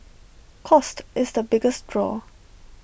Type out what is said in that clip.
cost is the biggest draw